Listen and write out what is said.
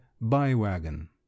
by-wagon